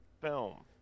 film